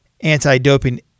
Anti-Doping